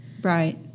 Right